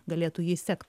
galėtų jais sekt